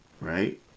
right